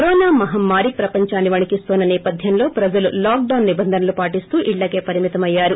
corona మహమ్మారి ప్రపంచాన్ని వణికిస్తోన్న నేపథ్యంలో ప్రజలు లాక్డౌన్ నిబంధనలు పాటిస్తూ ఇళ్లకే పరిమితమయ్యారు